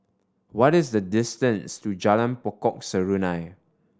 what is the distance to Jalan Pokok Serunai